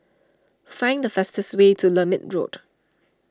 find the fastest way to Lermit Road